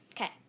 Okay